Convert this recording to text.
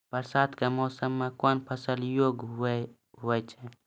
बरसात के मौसम मे कौन फसल योग्य हुई थी?